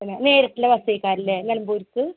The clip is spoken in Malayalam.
പിന്നെ നേരിട്ടുള്ള ബസ്സെയ്ക്കാല്ലെ നിലമ്പൂർക്ക്